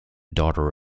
daughter